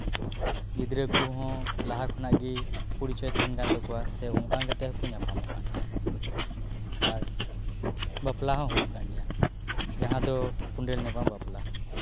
ᱜᱤᱫᱽᱨᱟᱹ ᱠᱚᱦᱚ ᱞᱟᱦᱟ ᱠᱷᱚᱱᱟᱜ ᱜᱮ ᱯᱚᱨᱤᱪᱚᱭ ᱛᱟᱦᱮᱱ ᱠᱟᱱ ᱛᱟᱠᱚᱣᱟ ᱥᱮ ᱚᱱᱠᱟ ᱠᱟᱛᱮᱫ ᱦᱚᱠᱚ ᱧᱟᱯᱟᱢᱚᱜ ᱠᱟᱱᱜᱮᱭᱟ ᱟᱨ ᱵᱟᱯᱞᱟ ᱦᱚᱸ ᱦᱩᱭᱩᱜ ᱠᱟᱱᱜᱮᱭᱟ ᱡᱟᱦᱟᱸ ᱫᱚ ᱠᱚᱸᱰᱮᱞ ᱧᱟᱯᱟᱢ ᱵᱟᱯᱞᱟ